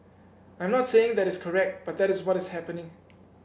I'm not saying that is correct but that is what is happening